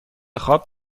خواب